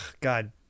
God